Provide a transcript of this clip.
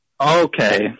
Okay